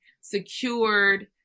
secured